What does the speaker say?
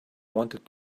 wanted